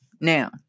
Now